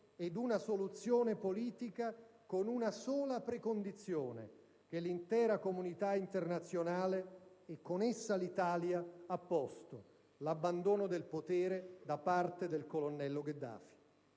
ed una soluzione politica con una sola precondizione, che l'intera comunità internazionale, e con essa l'Italia, ha posto: l'abbandono del potere da parte del colonnello Gheddafi.